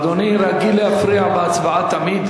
אדוני רגיל להפריע בהצבעה תמיד?